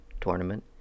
tournament